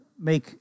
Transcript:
make